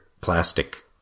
plastic